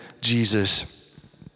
Jesus